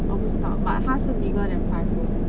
我不知道 but 它是 bigger than five room